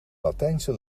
latijnse